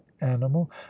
animal